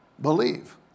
believe